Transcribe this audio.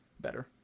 better